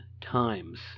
times